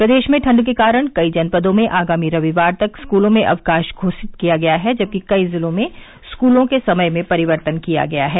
प्रदेश में ठंड के कारण कई जनपदों में आगामी रविवार तक स्कूलों में अवकाश घोषित किया गया है जबकि कई जिलों में स्कूलों के समय में परिवर्तन किया गया है